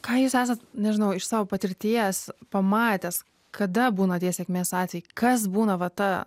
ką jūs esat nežinau iš savo patirties pamatęs kada būna tie sėkmės atvejai kas būna va ta